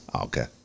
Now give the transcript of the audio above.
Okay